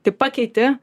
tai pakeiti